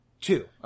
Two